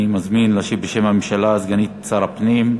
אני מזמין להשיב בשם הממשלה את סגנית שר הפנים,